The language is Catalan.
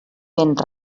vent